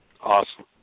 Awesome